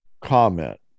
comment